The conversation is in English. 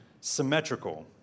symmetrical